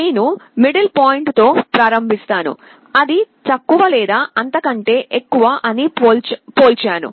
నేను మిడిల్ పాయింట్తో ప్రారంభిస్తాను అది తక్కువ లేదా అంతకంటే ఎక్కువ అని పోల్చాను